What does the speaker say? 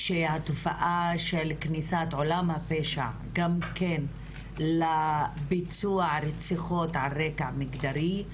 שהתופעה של כניסת עולם הפשע גם כן לביצוע הרציחות על רקע מגדרי,